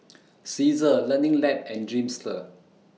Cesar Learning Lab and Dreamster